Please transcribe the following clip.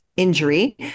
injury